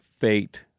Fate